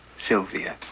sylvia.